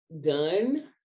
done